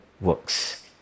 works